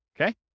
okay